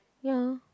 ya